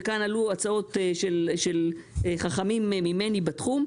וכאן עלו הצעות של חכמים ממני בתחום,